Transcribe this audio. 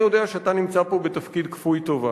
אני יודע שאתה נמצא פה בתפקיד כפוי טובה,